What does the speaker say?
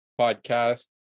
podcast